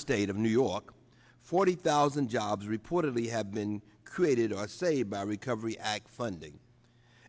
state of new york forty thousand jobs reportedly have been created i say by recovery act funding